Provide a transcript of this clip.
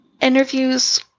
interviews